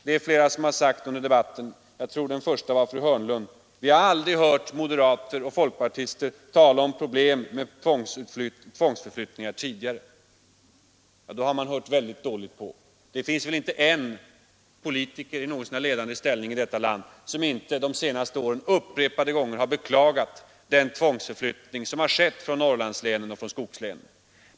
Det är flera som har sagt under debatten — jag tror den första var fru Hörnlund — att de aldrig har hört moderater och folkpartister tala om problem med tvångsförflyttningar tidigare. Då har man hört på väldigt dåligt. Det finns väl inte en politiker i något så när ledande ställning i detta land som inte under de senaste åren upprepade gånger har beklagat denna tvångsförflyttning som skett från Norrlandslänen och skogslänen.